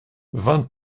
vingt